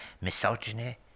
misogyny